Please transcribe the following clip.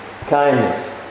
kindness